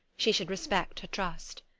she should respect her trust.